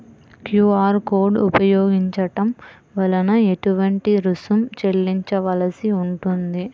QR code ఉపయోగించటం వలన ఏటువంటి రుసుం చెల్లించవలసి ఉంటుంది?